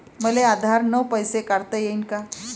मले आधार न पैसे काढता येईन का?